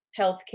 healthcare